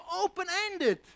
open-ended